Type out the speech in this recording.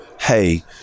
hey